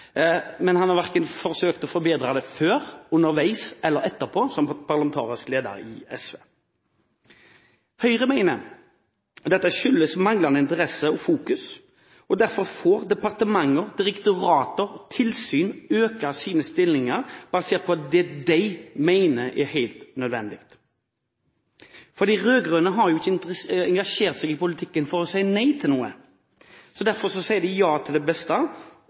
men han har ikke forsøkt å forbedre det verken før, underveis eller etterpå, som parlamentarisk leder i SV. Høyre mener dette skyldes manglende interesse og fokus. Derfor får departementer, direktorater og tilsyn øke antall stillinger basert på det de mener er helt nødvendig. For de rød-grønne har jo ikke engasjert seg i politikken for å si nei til noe, så derfor sier de ja til det